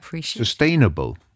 sustainable